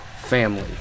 family